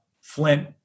Flint